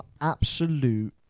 absolute